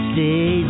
Stay